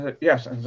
Yes